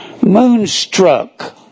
moonstruck